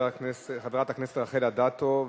חברת הכנסת רחל אדטו,